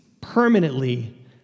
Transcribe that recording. permanently